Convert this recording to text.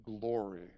glory